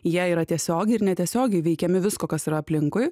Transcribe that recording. jie yra tiesiogiai ir netiesiogiai veikiami visko kas yra aplinkui